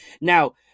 Now